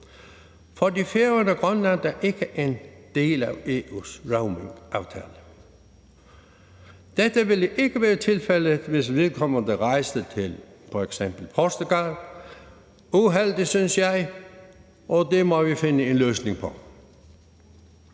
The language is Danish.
for Færøerne og Grønland er ikke en del af EU's roamingaftale. Dette ville ikke være tilfældet, hvis vedkommende rejste til f.eks. Portugal. Jeg synes, det er uheldigt, og det må vi finde en løsning på.